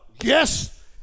yes